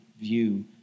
view